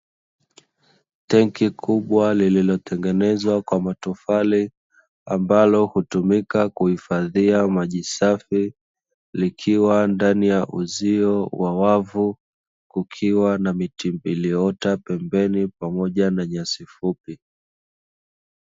Tenki kubwa lililotengenezwa kwa matofali ambalo hutumika kuhifadhia maji safi likiwa ndani ya uzio wa wavu kukiwa na miti iliota pembeni pamoja na nyasi fupi.